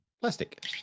plastic